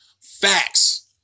Facts